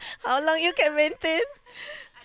how long you can maintain